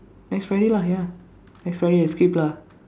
next Friday lah ya next Friday I skip lah